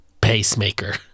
pacemaker